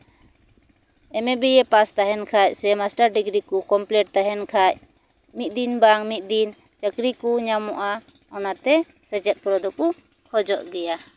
ᱮᱢᱮ BA pass ᱛᱟᱦᱮᱱ ᱠᱷᱟᱡ ᱥᱮ ᱢᱟᱥᱴᱟᱨ ᱰᱤᱜᱽᱨᱤ ᱠᱚ ᱠᱚᱢᱯᱞᱤᱴ ᱛᱟᱦᱮᱱ ᱠᱷᱟᱡ ᱢᱤᱫ ᱫᱤᱱ ᱵᱟᱝ ᱢᱤᱫ ᱫᱤᱱ ᱪᱟ ᱠᱨᱤ ᱠᱩ ᱧᱟᱢᱚᱜᱼᱟ ᱚᱱᱟᱛᱮ ᱥᱮᱪᱮᱫ ᱫᱚᱠᱚ ᱠᱷᱚᱡᱚᱜ ᱜᱮᱭᱟ